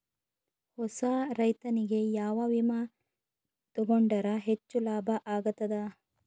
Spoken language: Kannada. ಹೊಸಾ ರೈತನಿಗೆ ಯಾವ ವಿಮಾ ತೊಗೊಂಡರ ಹೆಚ್ಚು ಲಾಭ ಆಗತದ?